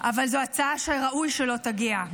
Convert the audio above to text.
אבל זו הצעה שראוי שלא תגיע.